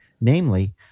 Namely